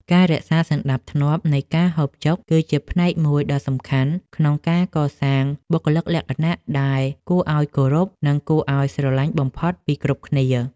ការរក្សាសណ្តាប់ធ្នាប់នៃការហូបចុកគឺជាផ្នែកមួយដ៏សំខាន់ក្នុងការកសាងបុគ្គលិកលក្ខណៈដែលគួរឱ្យគោរព និង គួរឱ្យស្រឡាញ់បំផុតពីគ្រប់គ្នា។